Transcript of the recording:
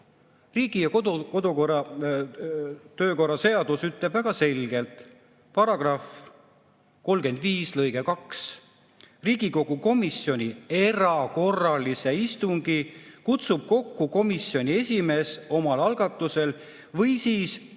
Riigikogu kodu‑ ja töökorra seadus ütleb väga selgelt, § 35 lõige 2: "Riigikogu komisjoni erakorralise istungi kutsub kokku komisjoni esimees omal algatusel või siis, kui